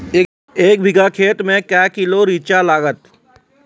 एक बीघा खेत मे के किलो रिचा लागत?